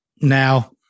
now